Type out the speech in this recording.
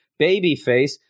Babyface